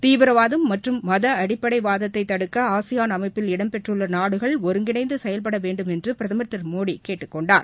தீவிரவாதம் மற்றும் மத அடிப்படை வாதத்தை தடுக்க ஆசியாள் அமைப்பில் இடம்பெற்றுள்ள நாடுகள் ஒருங்கிணந்து செயல்பட வேண்டும் என்று பிரதமர் திரு மோடி கேட்டக்கொண்டார்